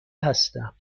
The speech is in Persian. هستم